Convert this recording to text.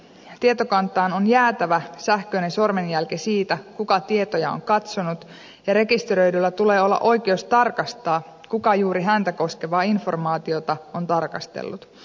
tietokantaan on jäätävä sähköinen sormenjälki siitä kuka tietoja on katsonut ja rekisteröidyllä tulee olla oikeus tarkastaa kuka juuri häntä koskevaa informaatiota on tarkastellut